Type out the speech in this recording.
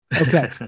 Okay